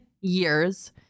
years